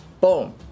boom